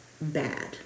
bad